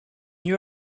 you